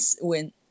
win